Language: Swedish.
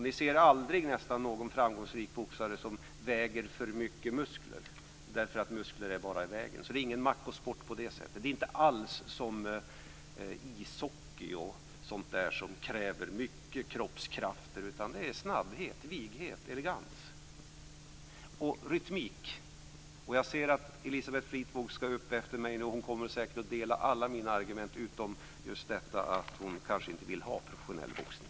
Ni ser nästan aldrig någon framgångsrik boxare som väger för mycket muskler, därför att muskler är bara i vägen. Det är ingen machosport på det sättet. Det är inte alls som ishockey som kräver mycket kroppskrafter, utan det är snabbhet, vighet, elegans och rytmik. Jag ser att Elisabeth Fleetwood ska upp efter mig. Hon kommer säkert att dela alla mina argument utom just detta att hon kanske inte vill ha professionell boxning.